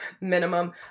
minimum